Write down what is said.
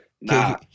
Nah